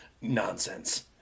nonsense